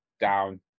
Down